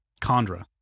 chondra